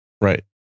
right